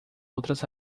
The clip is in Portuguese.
outras